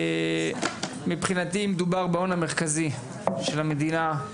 מבחינתי מדובר בהון המרכזי של המדינה,